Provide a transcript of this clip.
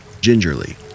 gingerly